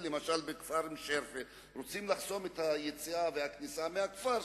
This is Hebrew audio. למשל בכפר מושרייפה רוצים לחסום את היציאה ואת הכניסה מהכפר,